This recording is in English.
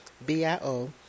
BIO